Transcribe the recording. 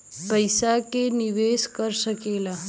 पइसा के निवेस कर सकेला